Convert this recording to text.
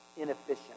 inefficient